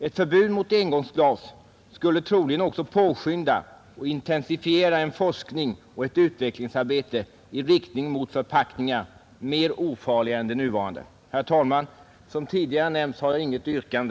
Ett förbud mot engångsglas skulle troligen också påskynda och intensifiera forskning och utvecklingsarbete i riktning mot förpackningar som är mera ofarliga än de nuvarande. Herr talman! Som tidigare nämnts har jag intet yrkande.